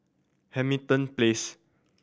Hamilton Place